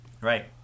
Right